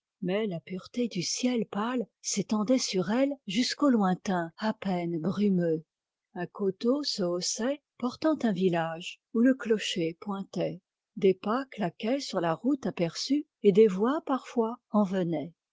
mais la pureté du ciel pâle s'étendait sur elles jusqu'aux lointains à peine brumeux un coteau se haussait portant un village où le clocher pointait des pas claquaient sur la route aperçue et des voix parfois en venaient